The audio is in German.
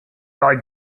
ein